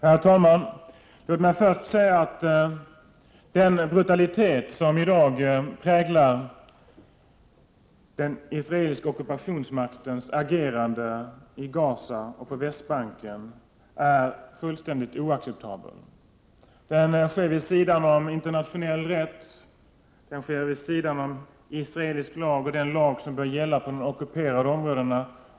Herr talman! Låt mig först säga att den brutalitet som i dag präglar den israeliska ockupationsmaktens agerande i Gaza och på Västbanken är fullständigt oacceptabel. Den sker vid sidan om internationell rätt och vid sidan om israelisk lag och den lag som bör gälla på de ockuperade områdena.